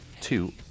two